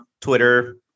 Twitter